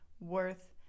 worth